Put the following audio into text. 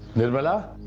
nirmala!